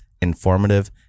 informative